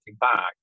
back